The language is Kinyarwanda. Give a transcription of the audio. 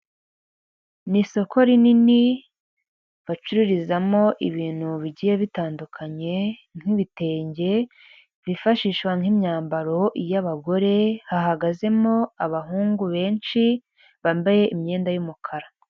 Ni isoko rinini bacururizamo ibintu bigiye bitandukanye nk'ibitenge, bifashishwa nk'imyambaro y'abagore hahagazemo abahungu benshi bambaye imyenda y'umukara.